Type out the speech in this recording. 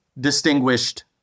distinguished